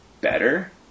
better